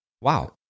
Wow